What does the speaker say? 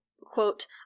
quote